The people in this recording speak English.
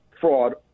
fraud